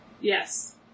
Yes